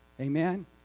Amen